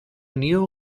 new